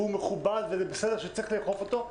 והוא מכובד ובסדר שצריך לאכוף אותו,